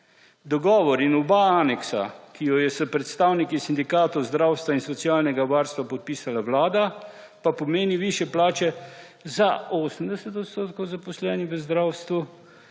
Dogovor in oba aneksa, ki ju je s predstavniki sindikatov zdravstva in socialnega varstva podpisala vlada, pa pomeni višje plače za 80 % zaposlenih v zdravstvu,